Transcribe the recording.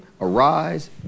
arise